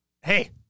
Hey